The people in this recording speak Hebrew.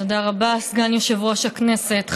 תודה רבה, סגן יושב-ראש הכנסת.